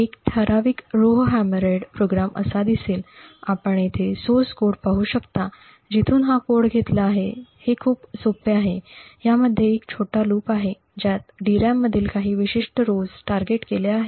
एक ठराविक रोव्हहॅमरेड प्रोग्राम असा दिसतो आपण येथे स्त्रोत कोड पाहु शकता जिथून हा कोड घेतला गेला आहे हे खूप सोपे आहे ह्या मध्ये एक छोटा लूप आहे ज्यात DRAM मधील काही विशिष्ट पंक्तीना टार्गेट केल्या आहेत